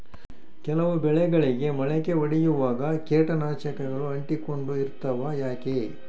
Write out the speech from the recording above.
ಕೆಲವು ಬೆಳೆಗಳಿಗೆ ಮೊಳಕೆ ಒಡಿಯುವಾಗ ಕೇಟನಾಶಕಗಳು ಅಂಟಿಕೊಂಡು ಇರ್ತವ ಯಾಕೆ?